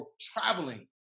traveling